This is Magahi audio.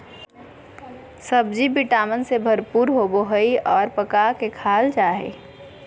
सब्ज़ि विटामिन से भरपूर होबय हइ और पका के खाल जा हइ